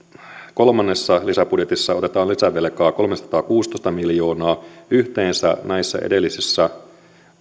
kolmannessa lisäbudjetissa otetaan lisävelkaa kolmesataakuusitoista miljoonaa ja yhteensä näissä edellisissä